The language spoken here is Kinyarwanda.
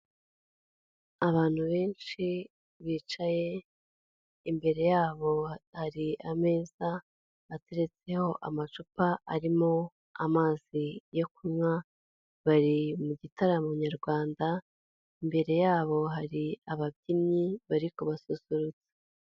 Abantu benshi bicaye imbere yabo hari ameza ateretseho amacupa arimo amazi yo kunywa, bari mu gitaramo nyarwanda, imbere yabo hari ababyinnyi bari kubasusurutsa.